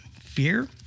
Fear